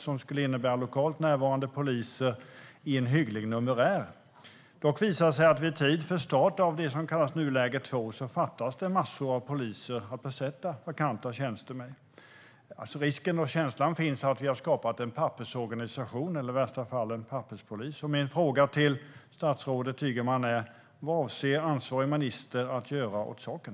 Vi skulle få lokalt närvarande poliser i en hygglig numerär. Dock visade det sig att det vid tid för start av nyläge 2 fattades massor av poliser att besätta vakanta tjänster med. Risken och känslan finns att vi har skapat en pappersorganisation eller i värsta fall en papperspolis. Vad avser ansvarigt statsråd att göra åt saken?